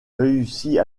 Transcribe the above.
réussit